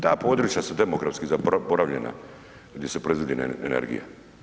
Ta području su demografski zaboravljena gdje se proizvodi energija.